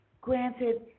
Granted